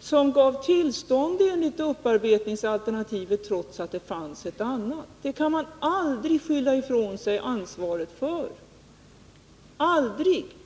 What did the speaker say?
som gav tillstånd enligt upparbetningsalternativet, trots att det fanns ett annat alternativ. Ansvaret härför kan man aldrig skylla på någon annan, aldrig.